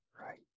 right